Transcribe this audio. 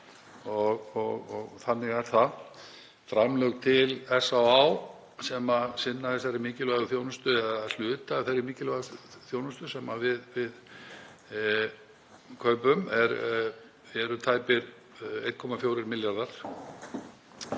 kemur fram. Framlög til SÁÁ, sem sinna þessari mikilvægu þjónustu eða hluta af þeirri mikilvægu þjónustu sem við kaupum, eru tæpir 1,4 milljarðar.